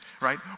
right